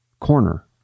corner